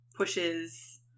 Pushes